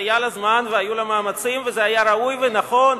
היה לה זמן והיו לה מאמצים וזה היה ראוי ונכון,